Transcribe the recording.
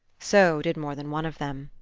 so did more than one of them.